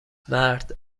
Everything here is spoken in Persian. مرد